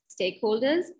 stakeholders